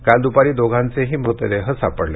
काल द्पारी दोघांचेही मृतदेह सापडले